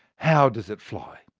how does it fly?